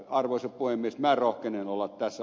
arvoisa puhemies